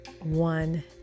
one